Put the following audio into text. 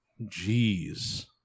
Jeez